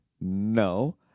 no